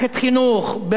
ברשת חברתית,